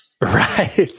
right